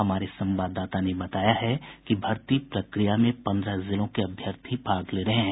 हमारे संवाददाता ने बताया है कि भर्ती प्रक्रिया में पंद्रह जिलों के अभ्यर्थी भाग ले रहे हैं